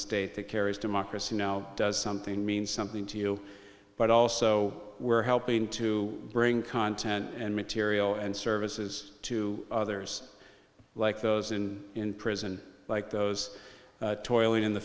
state that carries democracy now does something mean something to you but also we're helping to bring content and material and services to others like those in prison like those